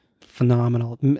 phenomenal